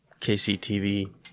KCTV